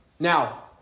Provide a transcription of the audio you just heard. Now